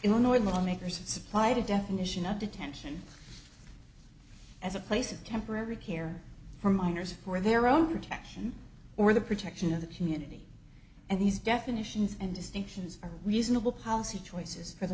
illinois lawmakers have supplied a definition of detention as a place of temporary here for minors for their own protection or the protection of the community and these definitions and distinctions are reasonable policy choices for the